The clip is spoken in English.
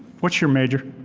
what's your major?